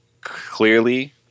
clearly